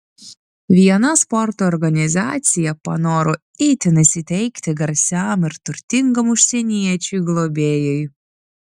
viena sporto organizacija panoro itin įsiteikti garsiam ir turtingam užsieniečiui globėjui